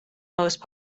most